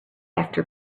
after